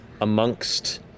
amongst